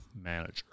manager